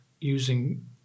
using